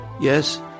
Yes